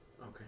Okay